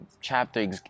chapter